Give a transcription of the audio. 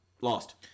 Lost